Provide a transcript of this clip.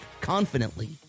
confidently